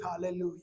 hallelujah